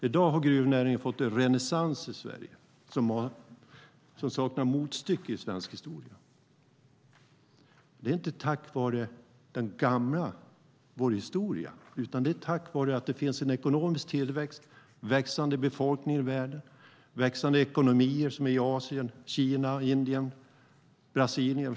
I dag har gruvnäringen fått en renässans som saknar motstycke i svensk historia - inte tack vare vår historia utan tack vare att det finns en ekonomisk tillväxt, en växande befolkning i världen och växande ekonomier framför allt i Asien, Kina, Indien och Brasilien.